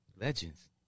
Legends